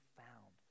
found